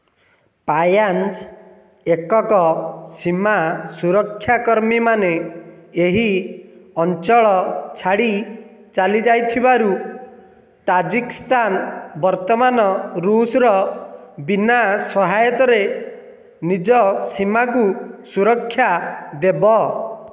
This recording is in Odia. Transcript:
ପାୟାଞ୍ଜ୍ ଏକକ ସୀମା ସୁରକ୍ଷାକର୍ମୀ ମାନେ ଏହି ଅଞ୍ଚଳ ଛାଡ଼ି ଚାଲିଯାଇଥିବାରୁ ତାଜିକସ୍ତାନ୍ ବର୍ତ୍ତମାନ ଋଷର ବିନା ସହାୟତାରେ ନିଜ ସୀମାକୁ ସୁରକ୍ଷା ଦେବ